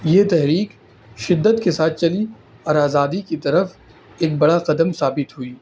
یہ تحریک شدت کے ساتھ چلی اور آزادی کی طرف ایک بڑا قدم ثابت ہوئی